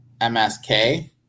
MSK